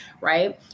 right